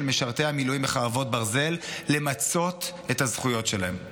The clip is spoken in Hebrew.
משרתי המילואים בחרבות ברזל למצות את הזכויות שלהם.